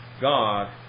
God